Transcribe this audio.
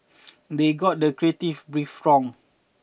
they got the creative brief wrong